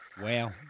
Wow